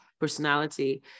personality